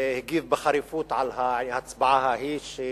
והגיב בחריפות על ההצבעה ההיא,